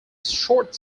short